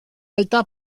alta